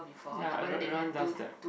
ya everyone everyone does that